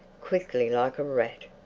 quickly, like a rat.